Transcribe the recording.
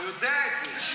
אתה יודע את זה.